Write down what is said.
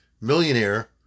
millionaire